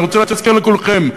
אני רוצה להזכיר לכולכם,